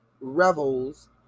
revels